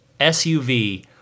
SUV